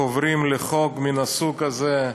חוברים לחוק מן הסוג הזה,